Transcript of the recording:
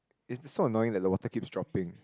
it's it's so annoying that the water keeps dropping